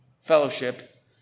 fellowship